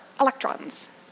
electrons